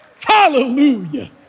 Hallelujah